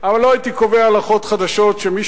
אבל לא הייתי קובע הלכות חדשות שמי